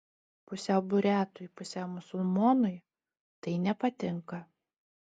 pusiau buriatui pusiau musulmonui tai nepatinka